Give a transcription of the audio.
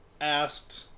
Asked